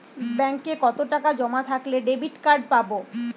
ব্যাঙ্কে কতটাকা জমা থাকলে ডেবিটকার্ড পাব?